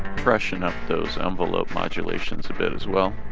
freshen up those envelope modulations a bit as well